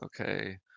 Okay